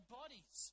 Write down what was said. bodies